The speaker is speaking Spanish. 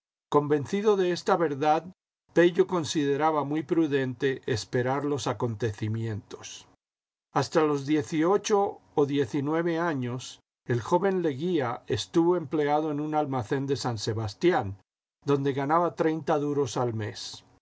convencido de esta verdad pello consideraba muy prudente esperar los acontecimientos hasta los diez y ocho o diez y nueve años el joven leguía estuvo empleado en un almacén de san sebastián donde ganaba treinta duros al mes